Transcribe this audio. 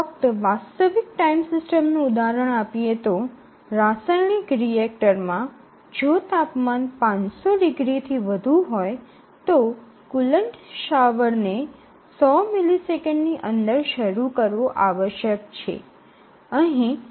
ફક્ત વાસ્તવિક ટાઇમ સિસ્ટમનું ઉદાહરણ આપીએ તો રાસાયણિક રિએક્ટરમાં જો તાપમાન ૫00 ડિગ્રીથી વધુ હોય તો કૂલન્ટ શાવરને ૧00 મિલિસેકંડની અંદર શરૂ કરવો આવશ્યક છે